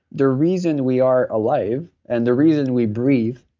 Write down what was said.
the reason we are alive and the reason we breathe